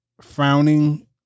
frowning